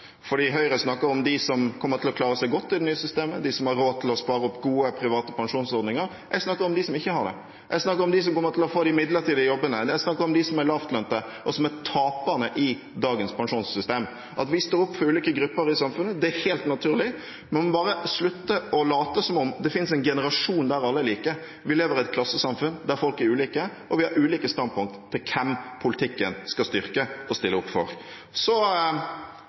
Høyre snakker om dem som kommer til å klare seg godt i det nye systemet, om dem som har råd til å spare opp gode, private pensjonsordninger. Jeg snakker om dem som ikke har det. Jeg snakker om dem som kommer til å få de midlertidige jobbene, som er lavtlønte, og som er taperne i dagens pensjonssystem. At vi står opp for ulike grupper i samfunnet, er helt naturlig. En må bare slutte å late som om det finnes en generasjon der alle er like. Vi lever i et klassesamfunn der folk er ulike, og vi har ulike standpunkt til hvem politikken skal styrke og stille opp for.